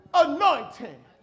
anointing